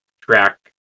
track